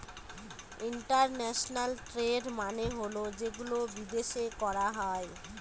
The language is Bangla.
ইন্টারন্যাশনাল ট্রেড মানে হল যেগুলো বিদেশে করা হয়